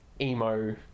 emo